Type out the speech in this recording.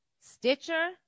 Stitcher